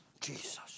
Jesus